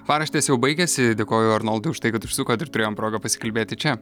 paraštės jau baigiasi dėkoju arnoldui už tai kad užsukot ir turėjom progą pasikalbėti čia